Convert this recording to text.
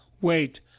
Wait